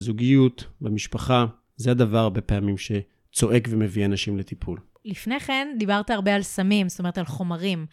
זוגיות, במשפחה, זה הדבר הרבה פעמים שצועק ומביא אנשים לטיפול. לפני כן דיברת הרבה על סמים, זאת אומרת על חומרים.